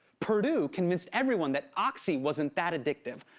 purdue convinced everyone that oxy wasn't that addictive,